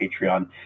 Patreon